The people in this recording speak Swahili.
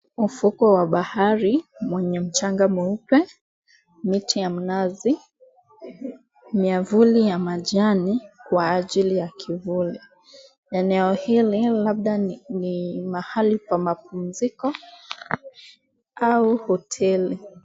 Ufukwe wa bahari wenye mchanga mweupe, miti ya mnazi, miavuli ya majani kwa ajili ya kivuli. Eneo hili labda ni mahali pa mapumziko au hoteli.